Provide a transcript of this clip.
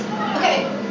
Okay